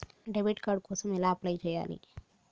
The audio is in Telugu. డెబిట్ కార్డు కోసం ఎలా అప్లై చేయాలి?